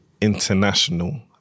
International